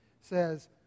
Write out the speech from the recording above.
says